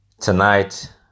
Tonight